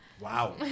Wow